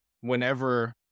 whenever